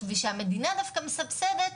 שלושה רבנים יכולים להביא אותו.